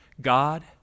God